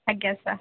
ଆଜ୍ଞା ସାର୍